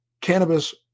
cannabis